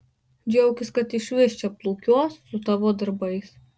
džiaukis kad išvis čia plūkiuos su tavo darbais